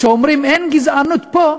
שאומרים: אין גזענות פה,